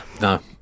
No